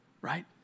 Right